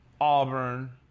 Auburn